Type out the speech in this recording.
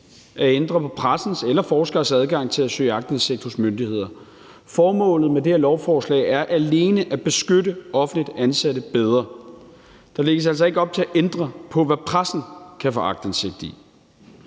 at ændre på pressens eller forskeres adgang til at søge aktindsigt hos myndigheder. Formålet med det her lovforslag er alene at beskytte offentligt ansatte bedre. Der lægges altså ikke op til at ændre på, hvad pressen kan få aktindsigt i.